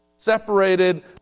separated